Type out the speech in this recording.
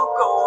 go